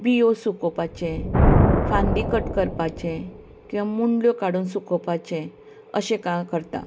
बियो सुकोवपाचें फांदी कट करपाचें किंवां मुंडल्यो काडून सुकोवपाचें अशें काम करतां